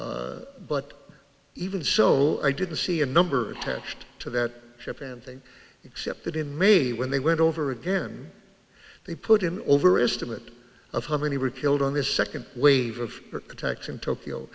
but even so i didn't see a number attached to that ship and think except that in may when they went over again they put in over estimate of how many were killed on this second wave of attacks in tokyo